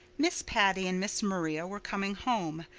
miss patty and miss maria were coming home,